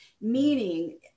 Meaning